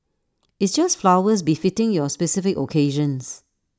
it's just flowers befitting your specific occasions